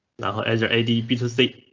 now as your adp so state.